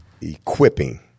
equipping